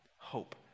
Hope